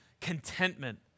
contentment